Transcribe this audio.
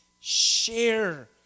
Share